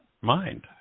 mind